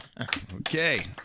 Okay